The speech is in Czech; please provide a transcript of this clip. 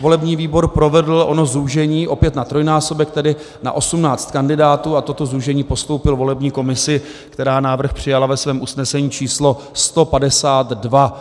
Volební výbor provedl ono zúžení opět na trojnásobek, tedy na 18 kandidátů, a toto zúžení postoupil volební komisi, která návrh přijala ve svém usnesení číslo 152.